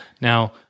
Now